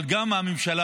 אבל גם הממשלה,